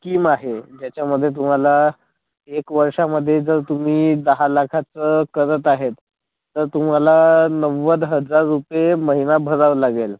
scheme आहे ज्याच्यामध्ये तुम्हाला एक वर्षामध्ये जर तुम्ही दहा लाखाचं करत आहेत तर तुम्हाला नव्वद हजार रुपये महिना भरावं लागेल